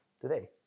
today